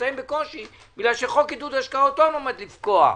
נמצאים בקושי בגלל שחוק עידוד השקעות הון עומד לפקוע.